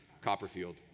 Copperfield